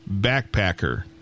Backpacker